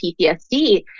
PTSD